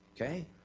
Okay